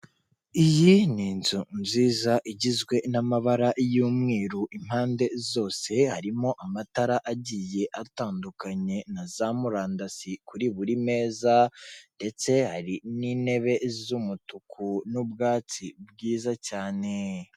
Iyi ni inzu nziza, igizwe n'amabara y'umweru impande zose, harimo amatara agiye atandukanye, na za murandasi kuri buri meza, ndetse hari n'intebe z'umutuku, n'ubwatsi bwiza cyane.